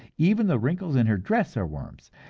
even the wrinkles in her dress are worms,